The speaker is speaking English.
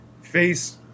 Face